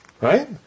Right